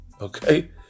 Okay